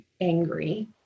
angry